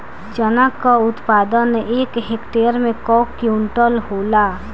चना क उत्पादन एक हेक्टेयर में कव क्विंटल होला?